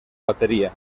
batería